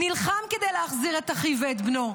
נלחם כדי להחזיר את אחיו ובנו,